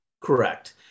Correct